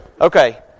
Okay